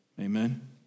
Amen